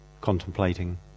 contemplating